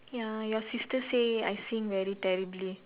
ya your sister say I sing very terribly